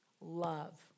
love